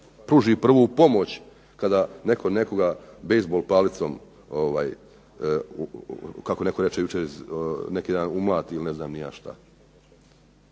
pruži prvu pomoć kada netko nekoga bejzbol palicom kako netko reče neki dan umlati ili ne znam ni ja šta.